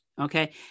Okay